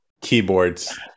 keyboards